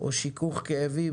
או שיכוך כאבים,